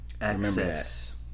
Access